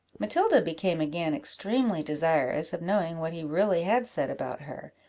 matilda became again extremely desirous of knowing what he really had said about her,